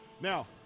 Now